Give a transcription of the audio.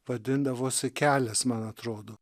vadindavosi kelias man atrodo